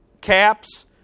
caps